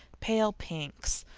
pale pinks,